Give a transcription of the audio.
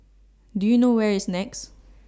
Do YOU know Where IS Nex